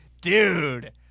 dude